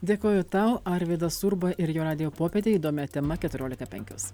dėkoju tau arvydas urba ir jo radijo popietė įdomia tema keturiolika penkios